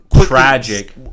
tragic